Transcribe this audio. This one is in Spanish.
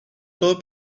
todo